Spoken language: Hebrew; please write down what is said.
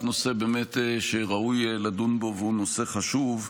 נושא שבאמת ראוי לדון בו והוא נושא חשוב.